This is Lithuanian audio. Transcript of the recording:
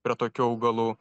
prie tokių augalų